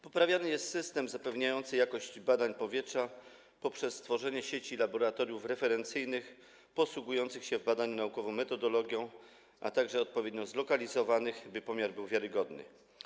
Poprawiany jest system zapewniający jakość badań powietrza - poprzez stworzenie sieci laboratoriów referencyjnych, posługujących się w badaniu naukową metodologią, a także odpowiednio zlokalizowanych, by pomiar był wiarygodny.